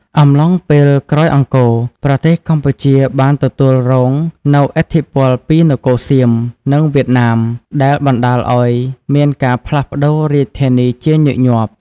អំឡុងពេលក្រោយអង្គរ ប្រទេសកម្ពុជាបានទទួលរងនូវឥទ្ធិពលពីនគរសៀម និងវៀតណាម ដែលបណ្តាលឱ្យមានការផ្លាស់ប្តូររាជធានីជាញឹកញាប់។